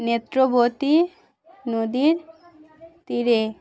নেত্রবতী নদীর তীরে